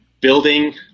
building